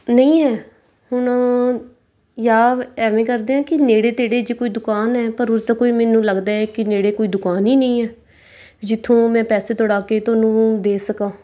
ਨਹੀਂ ਹੈ ਹੁਣ ਜਾਂ ਐਵੇਂ ਕਰਦੇ ਹਾਂ ਕਿ ਨੇੜੇ ਤੇੜੇ ਜੇ ਕੋਈ ਦੁਕਾਨ ਹੈ ਪਰ ਕੋਈ ਮੈਨੂੰ ਲੱਗਦਾ ਕਿ ਨੇੜੇ ਕੋਈ ਦੁਕਾਨ ਹੀ ਨਹੀਂ ਹੈ ਜਿੱਥੋਂ ਮੈਂ ਪੈਸੇ ਤੁੜਵਾ ਕੇ ਤੁਹਾਨੂੰ ਦੇ ਸਕਾ